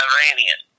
Iranian